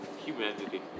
Humanity